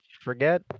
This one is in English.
Forget